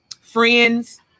friends